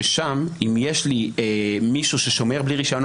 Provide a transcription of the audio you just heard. ששם אם יש לי מישהו ששומר בלי רישיון,